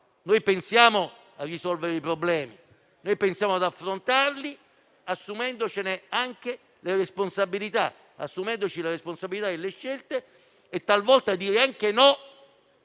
Noi pensiamo a risolvere i problemi, pensiamo ad affrontarli, assumendocene la responsabilità, assumendoci la responsabilità delle scelte e talvolta anche